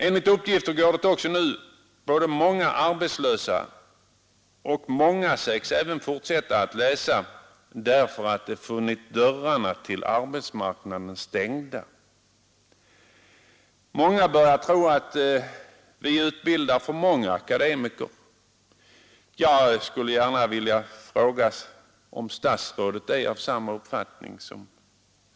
Enligt uppgift går också nu många arbetslösa och många sägs fortsätta att läsa därför att de funnit dörrarna till arbetsmarknaden stängda. Många börjar tro att vi utbildar för många akademiker. Jag skulle gärna vilja fråga om statsrådet är av samma uppfattning.